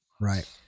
Right